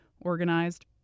organized